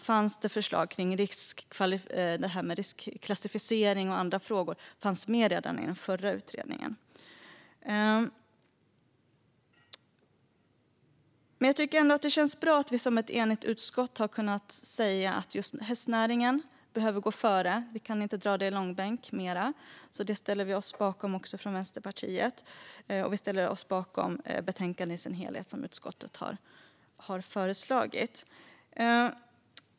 Förslag om riskklassificering och andra frågor fanns med redan i den förra utredningen. Jag tycker ändå att det känns bra att vi som ett enigt utskott har kunnat säga att just hästnäringen behöver gå före; vi kan inte dra detta i långbänk mer. Det ställer vi oss bakom från Vänsterpartiet. Vi ställer oss också bakom förslaget i utskottets betänkande i dess helhet.